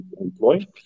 employ